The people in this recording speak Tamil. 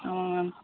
ஆமாம் மேம்